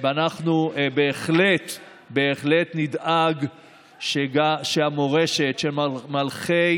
אנחנו בהחלט בהחלט נדאג שהמורשת של מלכי